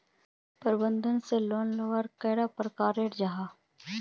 प्रबंधन से लोन लुबार कैडा प्रकारेर जाहा?